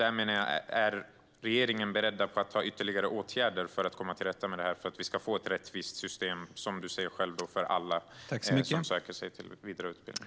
Är regeringen beredd att vidta ytterligare åtgärder för att komma till rätta med detta så att vi får ett rättvist system, som du själv säger, för alla som söker vidareutbildning?